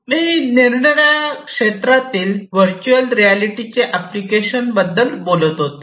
मी निरनिराळ्या क्षेत्रातल्या व्हर्च्युअल रियालिटीचे एप्लीकेशन्स बद्दल बोलत होतो